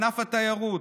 ענף התיירות,